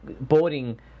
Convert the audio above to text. boarding